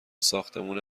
ساختمونه